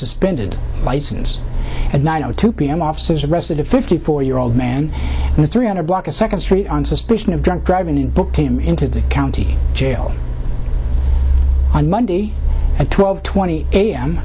suspended license at nine o two p m officers arrested a fifty four year old man in a three hundred block of second street on suspicion of drunk driving and booked him into the county jail on monday at twelve twenty a